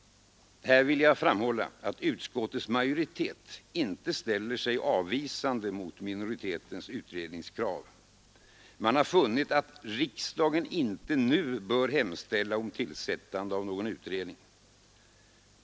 Här vill jag framhålla att utskottets majoritet inte ställer sig avvisande mot minoritetens utredningskrav. Man har funnit att ”riksdagen inte nu bör hemställa om tillsättande av någon utredning”.